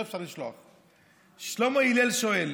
אם יש שאלות,